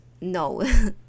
No